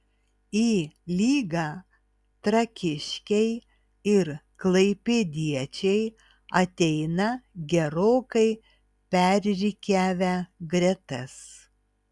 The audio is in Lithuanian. į lygą trakiškiai ir klaipėdiečiai ateina gerokai perrikiavę gretas